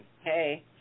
Hey